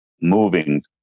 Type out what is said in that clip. moving